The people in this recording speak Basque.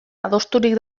adosturik